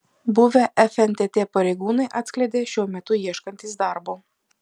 buvę fntt pareigūnai atskleidė šiuo metu ieškantys darbo